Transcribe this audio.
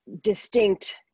distinct